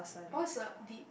what's a di~